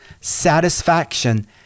satisfaction